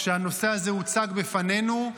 כשהנושא הזה הוצג בפנינו,